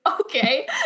Okay